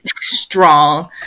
strong